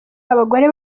abagore